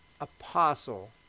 apostle